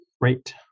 Great